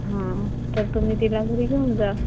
तर तुम्ही तिला घरी घेऊन जा